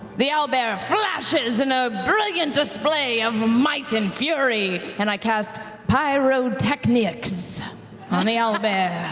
the owlbear flashes in a brilliant display of might and fury! and i cast pyrotech-neics on the owlbear.